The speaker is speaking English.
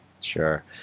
Sure